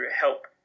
help